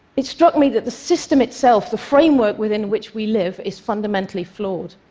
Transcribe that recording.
it struck me that the system itself, the framework within which we live, is fundamentally flawed,